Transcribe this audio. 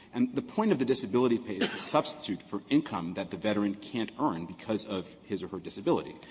and the point of the disability pay is to substitute for income that the veteran can't earn because of his or her disability.